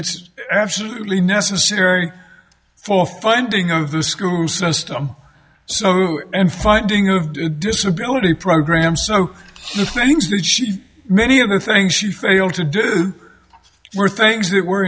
it's absolutely necessary for funding of the school system so and funding of disability programs so the things that she did many of the things you failed to do were things that were